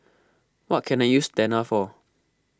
what can I use Tena for